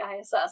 ISS